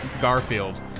Garfield